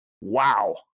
Wow